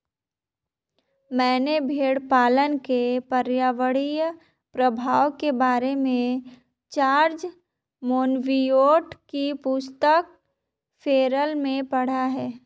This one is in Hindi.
मैंने भेड़पालन के पर्यावरणीय प्रभाव के बारे में जॉर्ज मोनबियोट की पुस्तक फेरल में पढ़ा